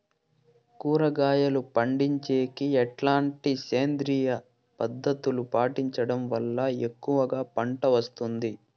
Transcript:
కూరగాయలు పండించేకి ఎట్లాంటి సేంద్రియ పద్ధతులు పాటించడం వల్ల ఎక్కువగా పంట వస్తుంది?